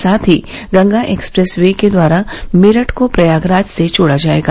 साथ ही Ganga expressway के द्वारा मेरठ को प्रयागराज से जोड़ा जाएगा